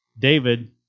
David